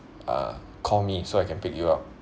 uh call me so I can pick you up